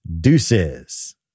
deuces